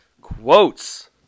quotes